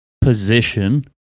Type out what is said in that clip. position